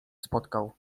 spotkał